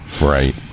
Right